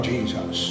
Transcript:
Jesus